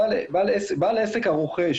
בעל עסק הרוכש,